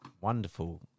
wonderful